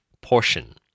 portion